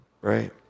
right